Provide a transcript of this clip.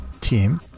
team